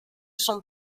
son